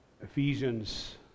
Ephesians